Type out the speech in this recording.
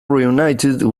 reunited